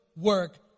work